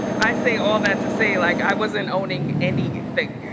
i say all that to say like, i wasn't owning anything.